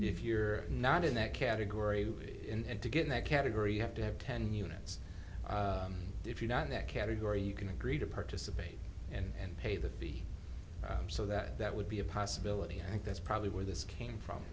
if you're not in that category and to get in that category you have to have ten units if you're not in that category you can agree to participate and pay the fee so that that would be a possibility and that's probably where this came from